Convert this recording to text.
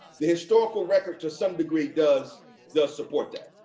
the historical record to some degree does does support that.